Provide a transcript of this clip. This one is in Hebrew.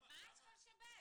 למה --- מה משתבש?